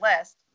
list